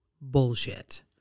bullshit